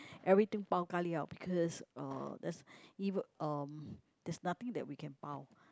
everything pau-ka-liao because uh there's even um there's nothing that we can pau